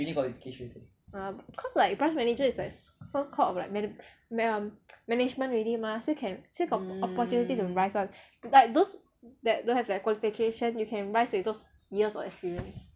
cause like branch manager is like some called of manag~ mana~ management already mah still can still got opportunities to rise one like those that don't have that qualification you can rise with those years of experience